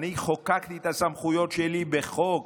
אני חוקקתי את הסמכויות שלי בחוק.